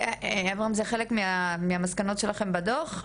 אברהם, אלו היו חלק מהמסקנות שלכם בדו"ח?